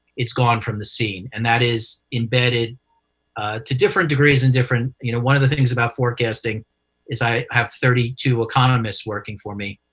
gone from the scene. and that is embedded to different degrees and different you know one of the things about forecasting is i have thirty two economists working for me.